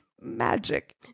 magic